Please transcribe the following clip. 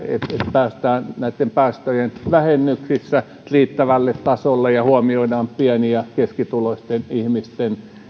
päästään näitten päästöjen vähennyksissä riittävälle tasolle ja huomioidaan pieni ja keskituloisten ihmisten